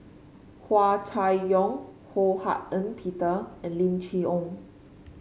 Hua Chai Yong Ho Hak Ean Peter and Lim Chee Onn